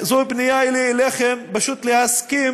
זו פנייה אליכם פשוט להסכים